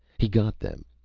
he got them.